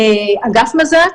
אגף מזה"ת,